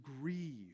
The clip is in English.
grieve